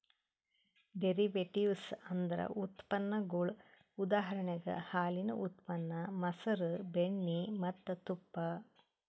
derivatives ಅಂದ್ರ ಉತ್ಪನ್ನಗೊಳ್ ಉದಾಹರಣೆಗ್ ಹಾಲಿನ್ ಉತ್ಪನ್ನ ಮಸರ್, ಬೆಣ್ಣಿ ಮತ್ತ್ ತುಪ್ಪ